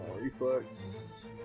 reflex